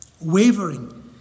Wavering